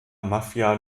mafia